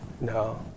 No